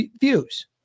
views